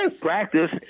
practice